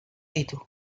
ditu